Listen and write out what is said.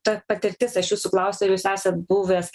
ta patirtis aš jūsų klausiau ar jūs esat buvęs